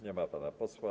Nie ma pana posła.